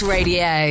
Radio